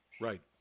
right